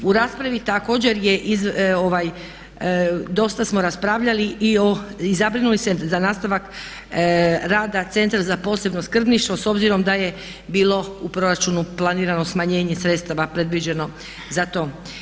U raspravi također je dosta smo raspravljali i zabrinuli se za nastavak rada Centra za posebno skrbništvo s obzirom da je bilo u proračunu planirano smanjenje sredstava predviđeno za to.